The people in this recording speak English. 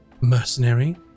mercenary